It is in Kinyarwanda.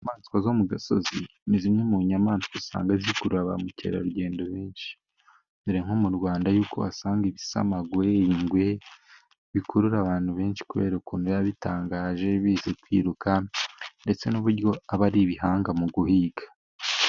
Inyamaswa zo mu gasozi ni zimwe mu nyamaswa usanga zikurura ba mukerarugendo benshi, dore nko mu Rwanda yuko uhasanga ibisamagwe bikurura abantu benshi kubera ukuntu bitangaje, bizi kwiruka ndetse n'uburyo aba ari ibihanga mu guhiga.